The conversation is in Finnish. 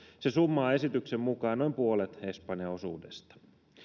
se summa on esityksen mukaan noin puolet espanjan osuudesta